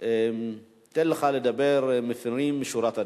אתן לך לדבר לפנים משורת הדין.